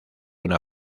una